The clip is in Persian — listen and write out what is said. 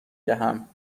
دهم